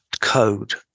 code